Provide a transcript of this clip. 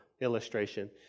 illustration